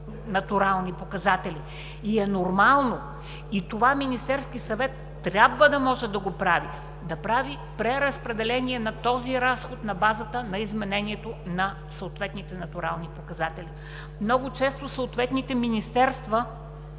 натурални показатели. И е нормално! Това Министерският съвет трябва да може да го прави – да прави преразпределение на този разход на базата на изменението на съответните натурални показатели. Много често съответните министерства,